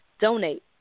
donate